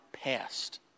past